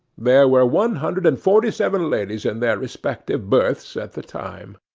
there were one hundred and forty seven ladies in their respective berths at the time.